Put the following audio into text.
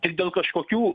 tik dėl kažkokių